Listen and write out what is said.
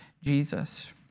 Jesus